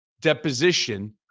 deposition